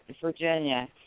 Virginia